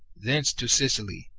thence to sicily,